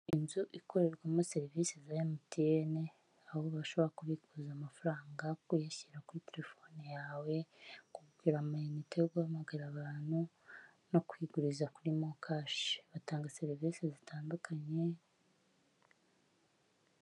Inzu ikorerwamo serivisi za emutiyeni aho ubashobora kubikuza amafaranga, kuyashyira kuri telefone yawe, kugura amayinite yo guhamagara, abantu no kwiguriza kuri mokashi, batanga serivise zitandukanye.